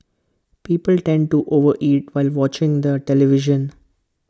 people tend to over eat while watching the television